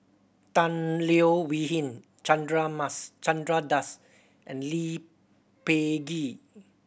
Tan Leo Wee Hin Chandra Mas Chandra Das and Lee Peh Gee